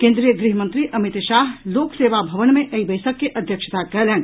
केन्द्रीय गृह मंत्री अमित शाह लोक सेवा भवन मे एहि बैसक के अध्यक्षता कयलनि